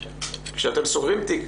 כשאתם סוגרים תיק